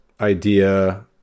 idea